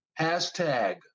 hashtag